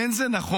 אין זה נכון